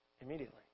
Immediately